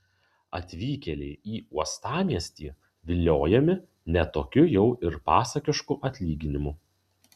atvykėliai į uostamiestį viliojami ne tokiu jau ir pasakišku atlyginimu